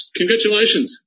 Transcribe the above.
congratulations